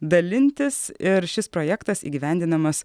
dalintis ir šis projektas įgyvendinamas